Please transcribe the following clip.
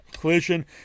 collision